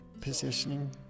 positioning